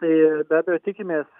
tai be abejo tikimės